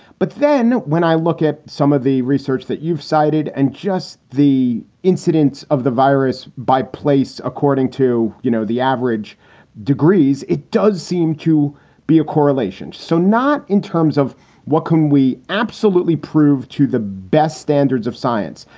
but then when i look at some of the research that you've cited and just the incidence of the virus by place, according to, you know, the average degrees, it does seem to be a correlation. so not in terms of what can we absolutely prove to the best standards of science.